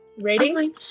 rating